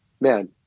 man